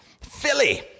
Philly